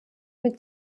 mit